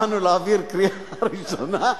באנו להעביר בקריאה ראשונה,